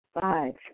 Five